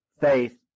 faith